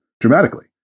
dramatically